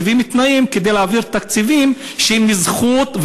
מציבים תנאים כדי להעביר תקציבים שהם זכות,